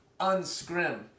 unscrim